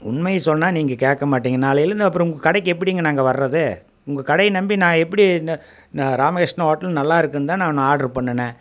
உண்மையை சொன்னால் நீங்கள் கேட்க மாட்டிங்க நாளைலருந்து அப்புறம் உங்கள் கடைக்கு எப்படிங்க நாங்கள் வர்றது உங்கள் கடையை நம்பி நான் எப்படி நு நான் ராமகிருஷ்ணா ஹோட்டல் நல்லா இருக்குதுந்தான் நான் ஆர்ட்ரு பண்ணினேன்